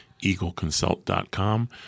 EagleConsult.com